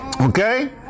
okay